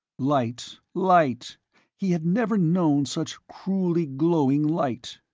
light, light he had never known such cruelly glowing light.